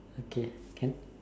okay can